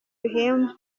him